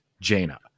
Jaina